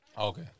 Okay